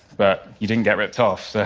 but you didn't get ripped off, so